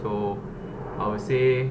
so I would say